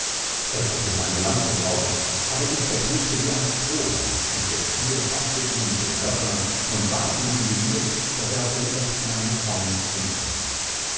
er wollte seine lanze brauchen aber die zerknickte wie ein strohhalm und der stier faßte ihn mit den hörnern und warf ihn in die luft daß er auf den aesten eines baums hängen